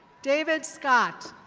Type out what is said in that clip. david scott.